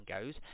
goes